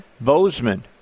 Bozeman